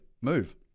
move